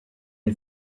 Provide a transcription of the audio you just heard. une